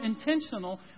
intentional